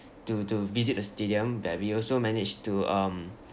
to to visit a stadium but we also managed to um